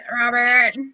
Robert